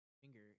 finger